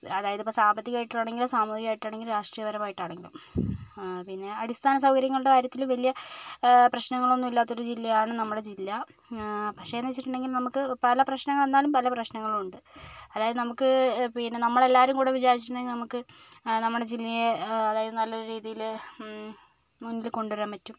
അതായത് ഇപ്പോൾ സാമ്പത്തികമായിട്ടാണെങ്കിലും സാമൂഹികമായിട്ടാണെങ്കിലും രാഷ്ട്രീയ പരമായിട്ടാണെങ്കിലും പിന്നേ അടിസ്ഥാന സൗകര്യങ്ങളുടെ കാര്യത്തിൽ വലിയ പ്രശ്നങ്ങൾ ഒന്നും ഇല്ലാത്ത ഒരു ജില്ലയാണ് നമ്മുടെ ജില്ല പക്ഷേ എന്ന് വെച്ചിട്ടുണ്ടെങ്കിൽ നമുക്ക് പല പ്രശ്നങ്ങൾ എന്നാലും പല പ്രശ്നങ്ങൾ ഉണ്ട് അതായത് നമുക്ക് പിന്നേ നമ്മൾ എല്ലാവരും കൂടി വിചാരിച്ചിട്ടുണ്ടെങ്കിൽ നമുക്ക് നമ്മുടെ ജില്ലയെ അതായത് നല്ലൊരു രീതിയില് മുന്നിൽ കൊണ്ട് വരാൻ പറ്റും